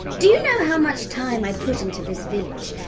do you know how much time i put into this village?